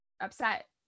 upset